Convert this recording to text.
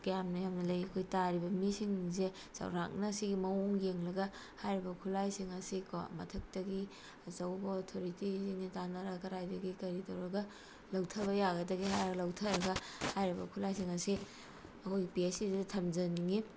ꯀꯌꯥꯝ ꯌꯥꯝꯅ ꯂꯩ ꯑꯩꯈꯣꯏ ꯇꯥꯔꯤꯕ ꯃꯤꯁꯤꯡꯁꯦ ꯆꯥꯎꯔꯥꯛꯅ ꯁꯤꯒꯤ ꯃꯑꯣꯡ ꯌꯦꯡꯂꯒ ꯍꯥꯏꯔꯤꯕ ꯈꯨꯠꯂꯥꯏꯁꯤꯡ ꯑꯁꯤꯀꯣ ꯃꯊꯛꯇꯒꯤ ꯑꯆꯧꯕ ꯑꯣꯊꯣꯔꯤꯇꯤꯁꯤꯡꯒ ꯇꯥꯟꯅꯔꯒ ꯀꯔꯥꯏꯗꯒꯤ ꯀꯔꯤꯇꯧꯔꯒ ꯂꯧꯊꯕ ꯌꯥꯒꯗꯒꯦ ꯍꯥꯏꯔ ꯂꯧꯊꯔꯒ ꯍꯥꯏꯔꯤꯕ ꯈꯨꯠꯂꯥꯏꯁꯤꯡ ꯑꯁꯤ ꯑꯩꯈꯣꯏ ꯄꯤ ꯍꯩꯆ ꯁꯤꯗ ꯊꯝꯖꯅꯤꯡꯉꯤ